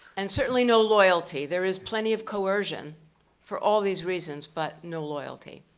and certainly no loyalty. there is plenty of coercion for all these reasons, but no loyalty.